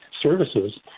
services